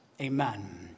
Amen